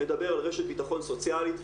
מדבר על רשת ביטחון סוציאלית,